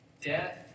death